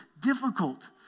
difficult